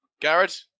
Garrett